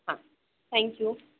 हां थँक्यू